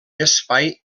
espai